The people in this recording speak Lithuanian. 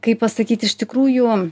kaip pasakyt iš tikrųjų